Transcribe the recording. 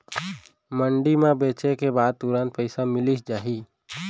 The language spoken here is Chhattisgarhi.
मंडी म बेचे के बाद तुरंत पइसा मिलिस जाही?